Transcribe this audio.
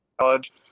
college